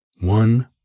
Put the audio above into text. One